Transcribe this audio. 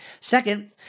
Second